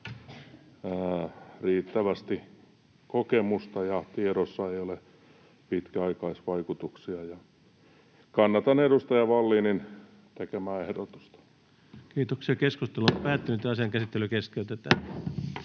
riittävästi kokemusta ja tiedossa ei ole pitkäaikaisvaikutuksia. Kannatan edustaja Vallinin tekemää ehdotusta. [Speech 265] Speaker: Ensimmäinen varapuhemies